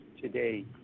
today